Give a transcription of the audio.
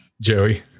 joey